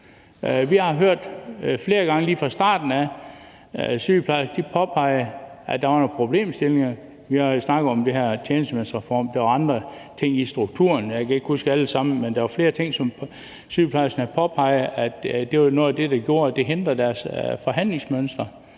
Vi har hørt flere gange lige fra starten af, at sygeplejerskerne har påpeget, at der var nogle problemstillinger. Vi har jo snakket om den her tjenestemandsreform, og der var også andre ting i strukturen. Jeg kan ikke huske dem alle sammen, men der var flere ting, som sygeplejerskerne havde påpeget var noget af det, der gjorde, at der var hindringer